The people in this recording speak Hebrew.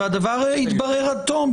והדבר יתברר עד תום.